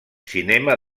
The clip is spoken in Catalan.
cinema